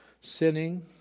sinning